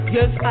Yes